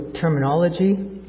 terminology